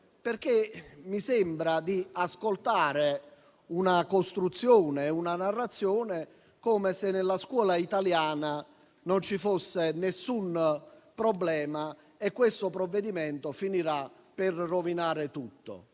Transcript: Mi sembra di ascoltare una costruzione e una narrazione tali per cui nella scuola italiana non ci sarebbe alcun problema e questo provvedimento finirebbe per rovinare tutto.